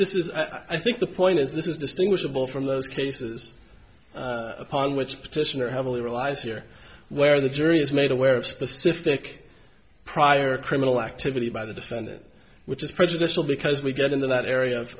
this is i think the point is this is distinguishable from those cases upon which petitioner heavily relies here where the jury is made aware of specific prior criminal activity by the defendant which is prejudicial because we get into that area of